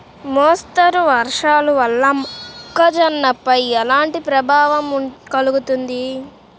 మోస్తరు వర్షాలు వల్ల మొక్కజొన్నపై ఎలాంటి ప్రభావం కలుగుతుంది?